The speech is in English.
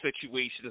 situations